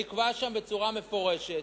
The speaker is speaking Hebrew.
נקבע שם בצורה מפורשת: